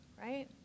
right